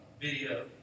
video